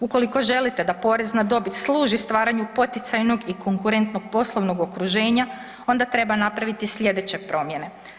Ukoliko želite da porez na dobit služi stvaranju poticajnog i konkurentnog poslovnog okruženja onda treba napraviti slijedeće promjene.